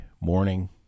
morning